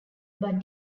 but